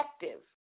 effective